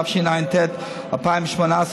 התשע"ט 2018,